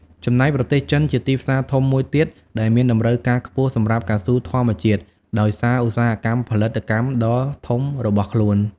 ចំណែកប្រទេសចិន ជាទីផ្សារធំមួយទៀតដែលមានតម្រូវការខ្ពស់សម្រាប់កៅស៊ូធម្មជាតិ ដោយសារឧស្សាហកម្មផលិតកម្មដ៏ធំរបស់ខ្លួន។